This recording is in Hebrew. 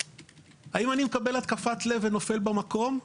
האם אני מקבל התקפת לב ונופל במקום,